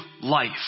life